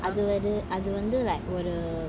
அது வந்து:athu vanthu like